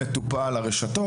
הרשתות,